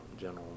General